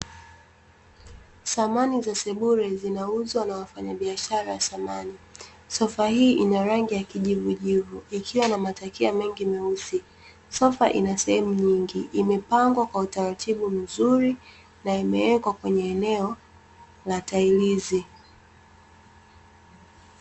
Samani za sebure zinauzwa na wafanyabiashara wa samani. Sofa hii ina rangi ya kijivujivu ikiwa na matakia mengi meusi. Sofa ina sehemu nyingi, imepengwa kwa utaratibu mzuri na imewekwa kwenye eneo la tailizi.